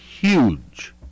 huge